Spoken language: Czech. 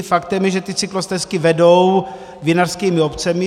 Faktem je, že ty cyklostezky vedou vinařskými obcemi.